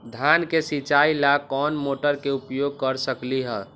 धान के सिचाई ला कोंन मोटर के उपयोग कर सकली ह?